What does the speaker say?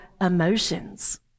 emotions